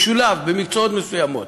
משולב במקצועות מסוימים.